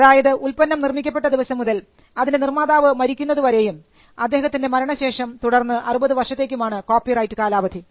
അതായത് ഉൽപ്പന്നം നിർമ്മിക്കപ്പെട്ട ദിവസം മുതൽ അതിൻറെ നിർമാതാവ് മരിക്കുന്നത് വരെയും അദ്ദേഹത്തിൻറെ മരണശേഷം തുടർന്ന് 60 വർഷത്തേക്കുമാണ് കോപ്പിറൈറ്റ് കാലാവധി